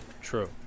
True